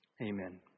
Amen